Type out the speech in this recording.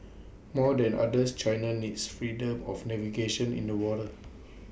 more than others China needs freedom of navigation in the waters